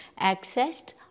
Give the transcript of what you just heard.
accessed